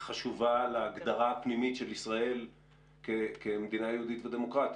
חשובה להגדרה הפנימית של ישראל כמדינה יהודית ודמוקרטית.